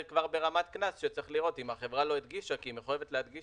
זה כבר ברמת קנס שצריך לראות אם החברה לא הדגישה כי היא מחויבת להדגיש.